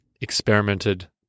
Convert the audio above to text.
experimented